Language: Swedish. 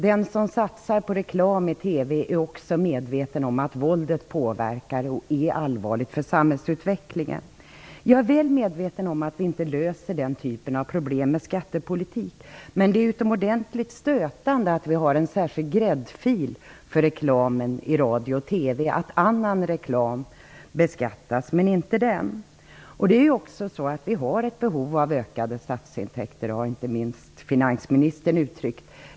Den som satsar på reklam i TV är också medveten om att våldet påverkar och är allvarligt för samhällsutvecklingen. Jag är väl medveten om att vi inte löser den typen av problem med skattepolitik. Men det är utomordentligt stötande att vi har en särskild gräddfil för reklam i radio och TV, att annan reklam beskattas men inte den. Vi har ett behov av ökade statsintäkter. Det har inte minst finansministern uttryckt.